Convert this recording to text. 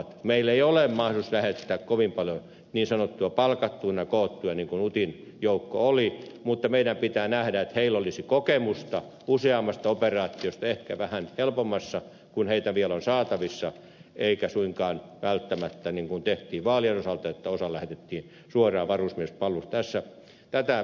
meillä ei ole mahdollisuutta lähettää kovin paljon niin sanottuja palkattuina koottuja niin kuin utin joukko oli mutta meidän pitää nähdä että heillä olisi kokemusta useammasta operaatiosta ehkä vähän helpommasta kun heitä vielä on saatavissa eikä suinkaan välttämättä niin kuin tehtiin vaalien osalta että osa lähetettiin suoraan varusmiespalveluksesta